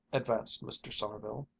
advanced mr. sommerville.